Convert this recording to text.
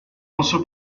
also